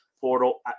portal